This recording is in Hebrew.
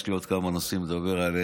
יש לי עוד כמה נושאים לדבר עליהם,